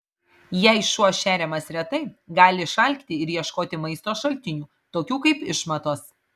jei šuo šeriamas retai gali išalkti ir ieškoti maisto šaltinių tokių kaip išmatos